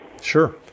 Sure